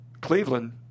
Cleveland